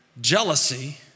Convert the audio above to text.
Jealousy